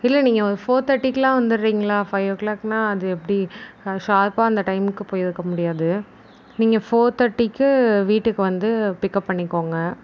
இல்லை நீங்கள் ஒரு ஃபோர் தேர்ட்டிக்லாம் வந்துட்றீங்ளா ஃபை ஓ கிளாக்ன்னா அது எப்படி ஷார்ப்பாக அந்த டைம்க்கு போயிருக்க முடியாது நீங்கள் ஃபோர் தேர்ட்டிக்கு வீட்டுக்கு வந்து பிக்கப் பண்ணிக்கோங்க